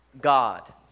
God